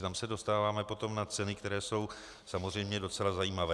Tam se dostáváme potom na ceny, které jsou samozřejmě docela zajímavé.